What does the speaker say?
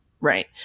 right